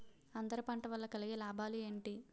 అంతర పంట వల్ల కలిగే లాభాలు ఏంటి